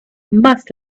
must